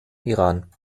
iran